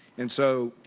and so,